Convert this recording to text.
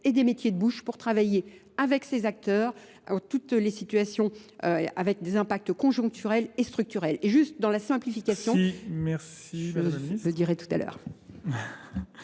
et des métiers de bouche pour travailler avec ces acteurs toutes les situations avec des impacts conjoncturels et structurels. Et juste dans la simplification, je dirai tout à l'heure.